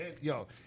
yo